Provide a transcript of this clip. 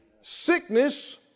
Sickness